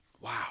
Wow